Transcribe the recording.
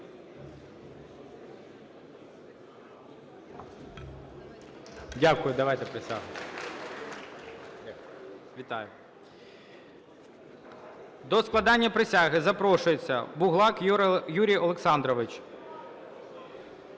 Дякую. Давайте присягу. Вітаю. До складення присяги запрошується Буглак Юрій Олександрович.